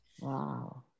Wow